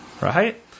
Right